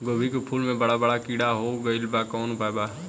गोभी के फूल मे बड़ा बड़ा कीड़ा हो गइलबा कवन उपाय बा?